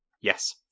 Yes